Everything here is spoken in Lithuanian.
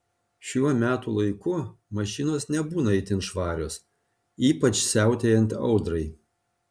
šiuo metų laiku mašinos nebūna itin švarios ypač siautėjant audrai